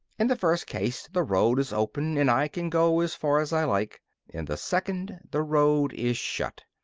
in the first case the road is open and i can go as far as i like in the second the road is shut.